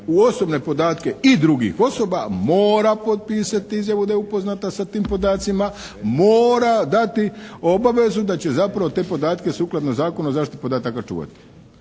u osobne podatke i drugih osoba mora potpisati izjavu da je upoznata sa tim podacima, mora dati obavezu da će zapravo te podatke sukladno Zakonu o zaštiti podataka čuvati.